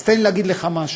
אז תן לי להגיד לך משהו: